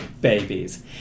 babies